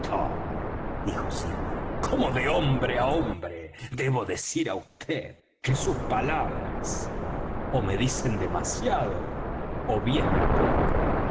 dijo silver como de hombre á hombre debo decir á vd que sus palabras ó me dicen demasiado ó bien poco